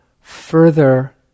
further